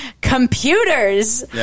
computers